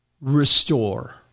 Restore